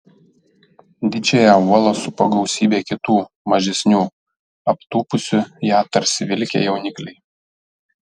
didžiąją uolą supo gausybė kitų mažesnių aptūpusių ją tarsi vilkę jaunikliai